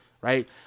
Right